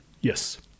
yes